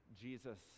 Jesus